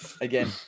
Again